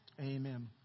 amen